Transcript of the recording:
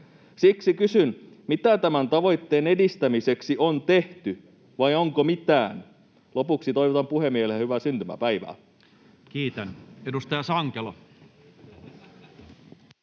Siksi kysyn: mitä tämän tavoitteen edistämiseksi on tehty, vai onko mitään? Lopuksi toivotan puhemiehelle hyvää syntymäpäivää. Kiitän. — Edustaja Sankelo.